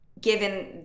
given